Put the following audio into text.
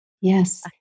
Yes